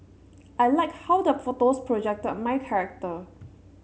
I like how the photos projected my character